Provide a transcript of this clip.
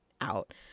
out